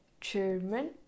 German